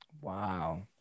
Wow